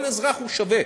כל אזרח הוא שווה,